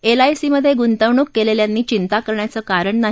एलआयसीमधे गुंतवणूक केलेल्यांनी चिंता करण्याचं कारण नाही